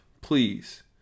Please